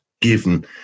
given